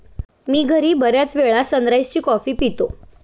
मी घरी बर्याचवेळा सनराइज ची कॉफी पितो